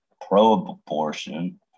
pro-abortion